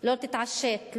לא תתעשת,